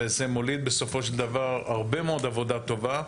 וזה מוליד בסופו של דבר הרבה מאוד עבודה טובה.